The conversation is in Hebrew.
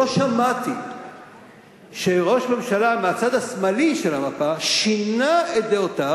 לא שמעתי שראש ממשלה מהצד השמאלי של המפה שינה את דעותיו,